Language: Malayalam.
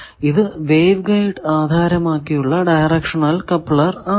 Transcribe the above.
ഇത് വേവ് ഗൈഡ് ആധാരമാക്കിയുള്ള ഡയറക്ഷണൽ കപ്ലർ ആണ്